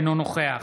אינו נוכח